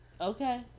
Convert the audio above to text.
Okay